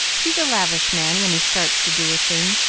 he's a lavish man when he starts to do a thing,